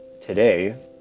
Today